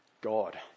God